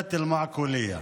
חוג'ת אל-מעקוליה.